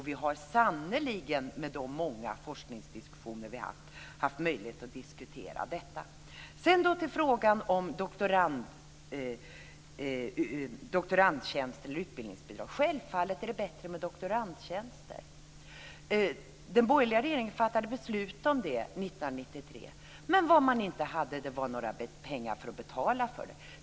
Vi har sannerligen, med de många forskningsdiskussioner vi haft, haft möjlighet att diskutera detta. Så till frågan om doktorandtjänster eller utbildningsbidrag. Självfallet är det bättre med doktorandtjänster. Den borgerliga regeringen fattade beslut om det 1993, men man hade inga pengar att betala med.